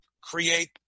create